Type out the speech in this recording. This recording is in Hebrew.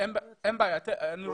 אנחנו